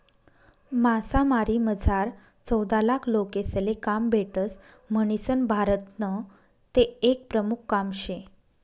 मासामारीमझार चौदालाख लोकेसले काम भेटस म्हणीसन भारतनं ते एक प्रमुख काम शे